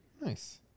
Nice